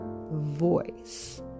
voice